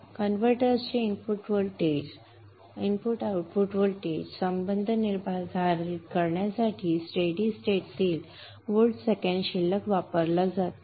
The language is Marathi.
कन्व्हर्टर्सचे इनपुट आउटपुट व्होल्टेज संबंध निर्धारित करण्यासाठी स्टेडि स्टेट तील व्होल्ट सेकंद बॅलन्स वापरला जातो